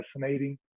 fascinating